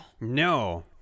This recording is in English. no